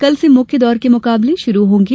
कल से मुख्य दौर के मुकाबले शुरू होंगे